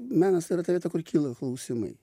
menas yra ta vieta kur kyla klausimai